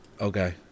Okay